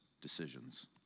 decisions